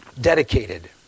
dedicated